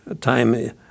time